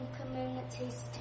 Communities